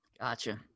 Gotcha